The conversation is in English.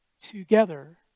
together